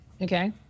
okay